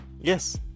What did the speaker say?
Yes